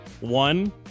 one